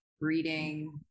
reading